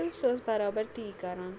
تہٕ سۄ ٲس بَرابَر تی کَران